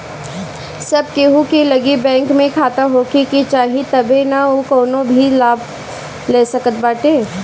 सब केहू के लगे बैंक में खाता होखे के चाही तबे नअ उ कवनो भी लाभ ले सकत बाटे